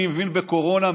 אני מבין בקורונה,